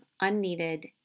unneeded